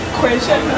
question